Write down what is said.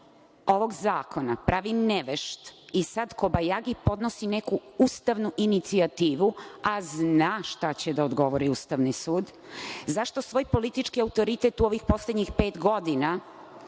ovog zakona pravi nevešt, pa sad kobajagi podnosi neku ustavnu inicijativu, a zna šta će da odgovori Ustavni sud, zašto svoj politički autoritet u ovi poslednjih pet godina,